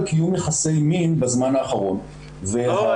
קיום יחסי מין בזמן האחרון ואולי --- לא,